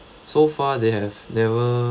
so far they have never